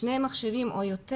שני מחשבים או יותר.